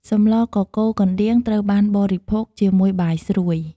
សម្លកកូរកណ្ដៀងត្រូវបានបរិភោគជាមួយបាយស្រួយ។